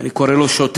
אני קורא לו שוטה,